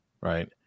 right